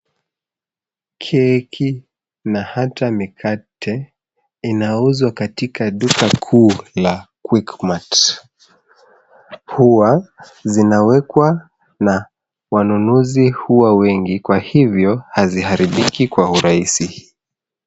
Keki na hata mikate inauzwa katika duka kuu la Quickmart. Huwa zinawekwa na wanunuzi huwa wengi kwa hivyo haziharibiki kwa urahisi.